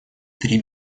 три